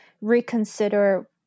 reconsider